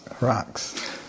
Rocks